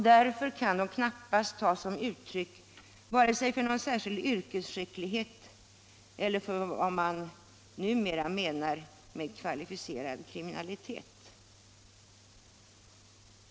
Därför kan de knappast tas som uttryck vare sig för någon särskild yrkesskicklighet eller för vad man numera menar med kvalificerad kriminalitet.